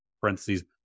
parentheses